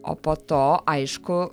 o po to aišku